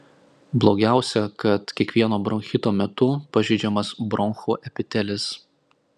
blogiausia kad kiekvieno bronchito metu pažeidžiamas bronchų epitelis